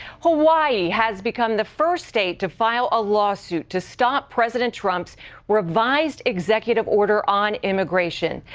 hawaii has become the first state to file a lawsuit to stop president trump's revised executive order on immigration.